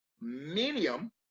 medium